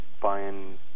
buying